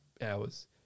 hours